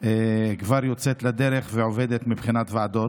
כבר יוצאת לדרך ועובדת מבחינת ועדות.